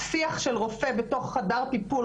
שיח של רופא בתוך חדר טיפול,